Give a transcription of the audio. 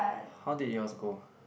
how did yours go